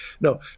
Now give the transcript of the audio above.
No